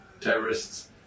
terrorists